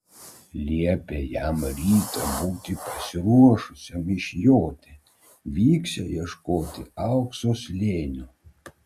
liepė jam rytą būti pasiruošusiam išjoti vyksią ieškoti aukso slėnio